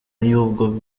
y’ubwo